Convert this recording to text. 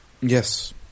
Yes